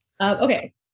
okay